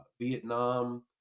Vietnam